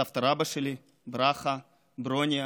סבתא-רבתא שלי, ברכה, ברוניה